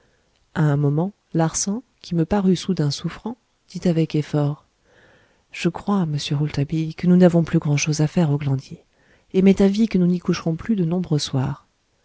à un moment larsan qui me parut soudain souffrant dit avec effort je crois monsieur rouletabille que nous n'avons plus grand'chose à faire au glandier et m'est avis que nous n'y coucherons plus de nombreux soirs